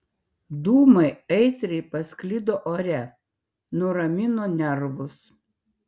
dūmai aitriai pasklido ore nuramino nervus